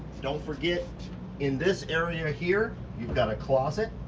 don't forget in this area here, you've got a closet.